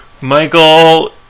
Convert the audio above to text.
Michael